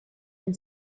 den